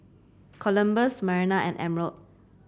Columbus Marinda and Emerald